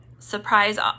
surprise